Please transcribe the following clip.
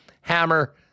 Hammer